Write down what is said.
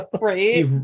Right